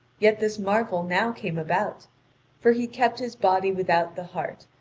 yet this marvel now came about for he kept his body without the heart,